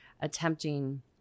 attempting